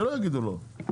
שלא יגידו לו.